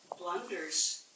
blunders